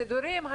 סידורים,